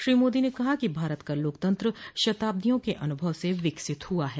श्री मोदी ने कहा कि भारत का लोकतंत्र शताब्दियों के अन्भव से विकसित हुआ है